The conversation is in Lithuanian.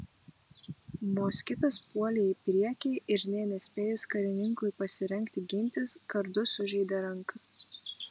moskitas puolė į priekį ir nė nespėjus karininkui pasirengti gintis kardu sužeidė ranką